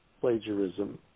plagiarism